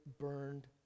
burned